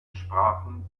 sprachen